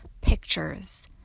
pictures